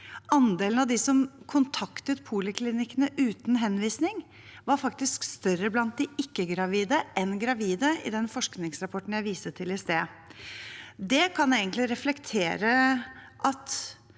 andelen som kontaktet poliklinikkene uten henvisning, var faktisk større blant de ikke-gravide enn blant de gravide i den forskningsrapporten jeg viste til i sted. Det kan egentlig reflektere at